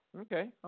Okay